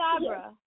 sabra